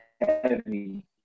heavy